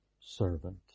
servant